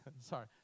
Sorry